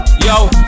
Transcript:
Yo